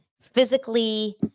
physically